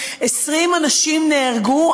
20 אנשים נהרגו,